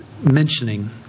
mentioning